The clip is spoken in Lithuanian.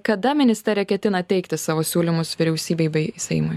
kada ministerija ketina teikti savo siūlymus vyriausybei bei seimui